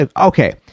Okay